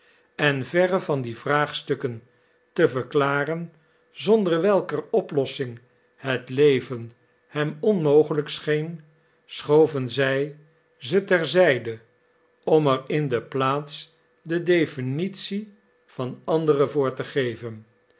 en verre van die vraagstukken te verklaren zonder welker oplossing het leven hem onmogelijk scheen schoven zij ze ter zijde om er in de plaats de definitie van andere voor te geven